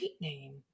name